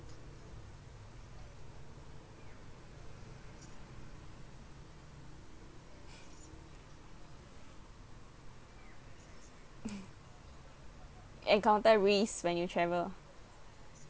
encounter risk when you travel